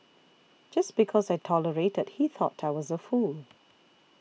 just because I tolerated he thought I was a fool